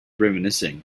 reminiscing